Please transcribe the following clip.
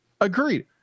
Agreed